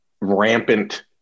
rampant –